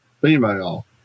female